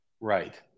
Right